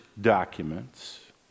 documents